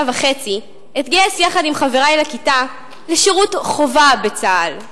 וחצי אתגייס יחד עם חברי לכיתה לשירות חובה בצה"ל.